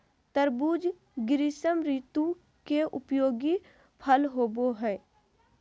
तरबूज़ ग्रीष्म ऋतु के उपयोगी फल होबो हइ